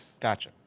Gotcha